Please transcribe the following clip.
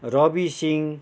Ravi Singh